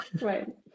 right